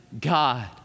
God